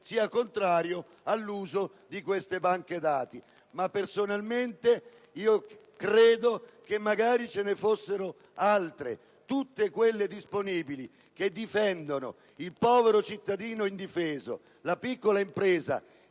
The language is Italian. sia contrario all'uso di queste banche dati, ma personalmente credo che magari ce ne fossero altre - tutte quelle disponibili - per difendere il povero cittadino indifeso e la piccola impresa,